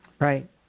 Right